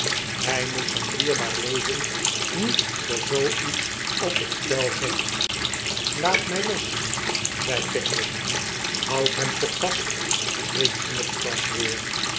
hij moet zijn dierbaar leveri niet voor zooiets op het spel zetten laat mij los zei pickwick houdt hem toch vast riep snodgrass weer